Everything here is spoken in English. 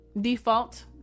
default